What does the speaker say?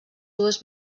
dues